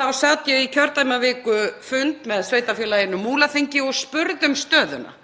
þá sat ég í kjördæmaviku fund með sveitarfélaginu Múlaþingi og spurði um stöðuna.